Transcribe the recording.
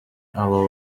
abo